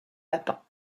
lapin